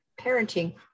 parenting